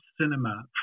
cinema